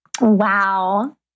Wow